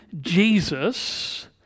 Jesus